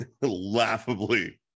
Laughably